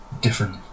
different